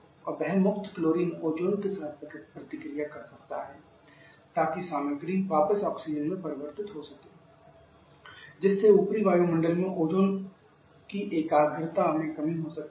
और वह मुक्त क्लोरीन ओजोन के साथ प्रतिक्रिया कर सकता है ताकि सामग्री वापस ऑक्सीजन में परिवर्तित हो सके जिससे ऊपरी वायुमंडल में ओजोन एकाग्रता में कमी हो सकती है